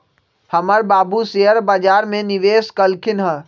हमर बाबू शेयर बजार में निवेश कलखिन्ह ह